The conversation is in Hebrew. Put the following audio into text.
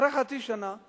אחרי חצי שנה,